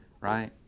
right